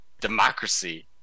democracy